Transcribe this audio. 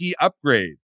upgrade